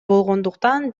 болгондуктан